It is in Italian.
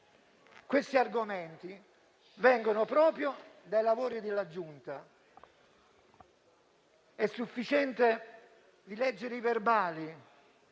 questi argomenti vengono proprio dei lavori della Giunta. È sufficiente leggere i verbali